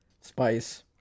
spice